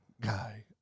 guy